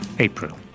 April